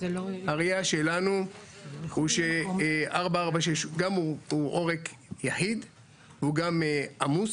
הראייה שלנו היא ש-446 הוא גם עורק יחיד והוא גם עמוס,